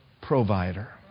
provider